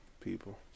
People